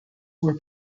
were